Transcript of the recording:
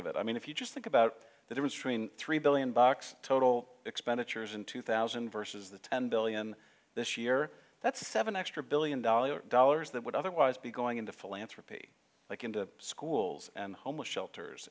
of it i mean if you just think about that three billion bucks total expenditures in two thousand verses the ten billion this year that's seven extra billion dollars dollars that would otherwise be going into philanthropy like into schools and homeless shelters